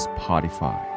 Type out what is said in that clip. Spotify